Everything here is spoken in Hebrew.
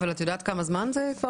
את יודעת כמה זמן זה?